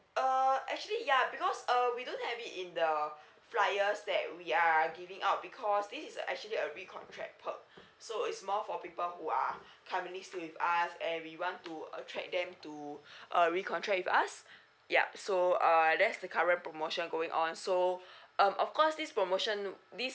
uh actually ya because uh we don't have it in the flyers that we are giving out because this is actually a recontract perk so it's more for people who are currently still with us and we want to attract them to uh recontract with us yup so err that's the current promotion going on so um of course this promotion this